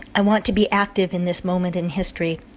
i want to be active in this moment in history